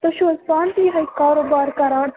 تُہۍ چھُو حظ پانہٕ تہِ یِہوٚے کاروبار کَران